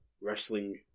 wrestling